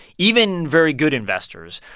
even very good investors,